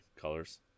colors